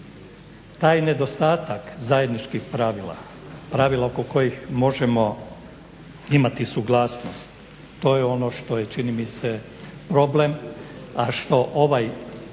Taj nedostatak zajedničkih pravila, pravila oko kojih možemo imati suglasnost to je ono što je čini mi se problem, a što ovaj